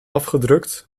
afgedrukt